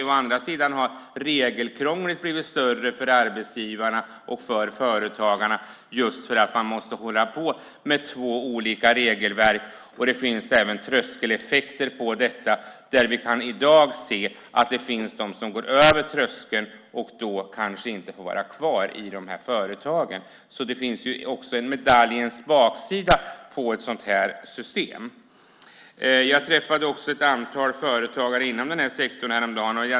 Å andra sidan har regelkrånglet blivit större för arbetsgivarna och för företagarna just för att man måste hålla på med två olika regelverk. Det finns även tröskeleffekter på detta område, där vi i dag kan se att det finns de som går över tröskeln. Då får de kanske inte vara kvar i dessa företag. Det finns alltså också en medaljens baksida med ett sådant här system. Jag träffade ett antal företagare inom den här sektorn häromdagen.